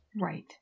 Right